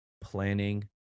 planning